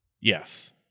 Yes